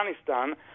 Afghanistan